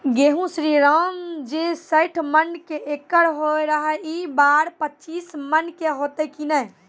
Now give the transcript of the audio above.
गेहूँ श्रीराम जे सैठ मन के एकरऽ होय रहे ई बार पचीस मन के होते कि नेय?